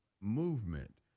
movement